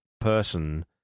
person